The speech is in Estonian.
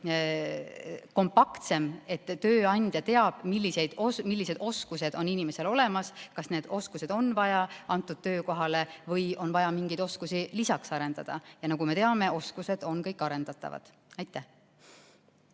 kompaktsem, tööandja teab, millised oskused on inimesel olemas, kas neid oskusi on antud töökohal vaja või on vaja mingeid oskusi lisaks arendada. Nagu me teame, oskused on kõik arendatavad. Aitäh!